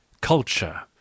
culture